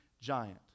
giant